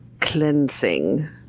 cleansing